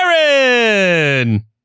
Aaron